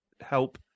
help